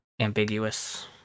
Ambiguous